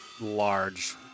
large